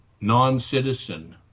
non-citizen